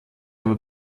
aber